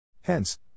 Hence